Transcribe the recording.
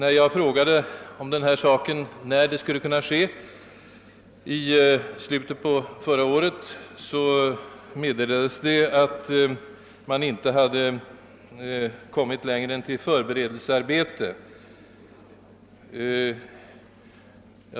Då jag i slutet av fjolåret sökte få upplysning i denna sak meddelades det att man i riksförsäkringsverket inte hade kommit längre än till förberedelsearbetet för utredningen.